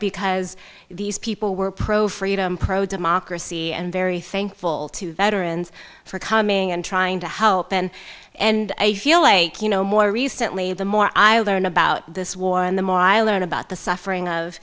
because these people were pro freedom pro democracy and very thankful to veterans for coming and trying to help and and i feel like you know more recently the more i learn about this war and the more i learn about the suffering of